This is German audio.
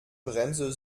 bremse